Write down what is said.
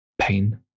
pain